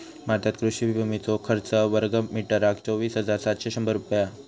भारतात कृषि भुमीचो खर्च वर्गमीटरका चोवीस हजार सातशे शंभर रुपये हा